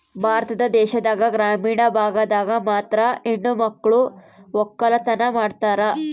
ಭಾರತ ದೇಶದಾಗ ಗ್ರಾಮೀಣ ಭಾಗದಾಗ ಮಾತ್ರ ಹೆಣಮಕ್ಳು ವಕ್ಕಲತನ ಮಾಡ್ತಾರ